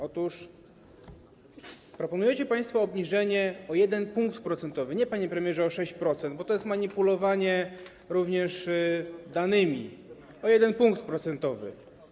Otóż proponujecie państwo obniżenie o 1 punkt procentowy - nie, panie premierze, o 6%, bo to jest manipulowanie również danymi - o 1 punkt procentowy.